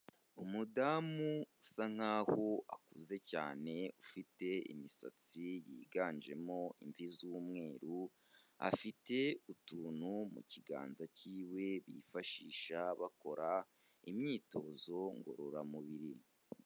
Umudamu usa nk'aho akuze cyane, ufite imisatsi yiganjemo imvi z'umweru, afite utuntu mu kiganza cyiwe bifashisha bakora imyitozo ngororamubiri.